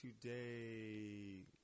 today